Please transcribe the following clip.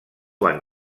van